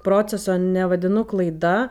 proceso nevadinu klaida